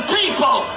people